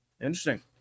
Interesting